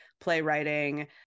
playwriting